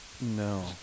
No